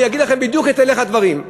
אני אגיד לכם בדיוק את הלך הדברים,